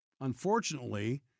unfortunately